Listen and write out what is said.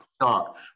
talk